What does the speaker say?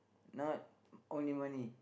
not only money